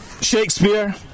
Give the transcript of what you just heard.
Shakespeare